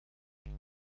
kann